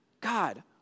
God